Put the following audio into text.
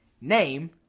Name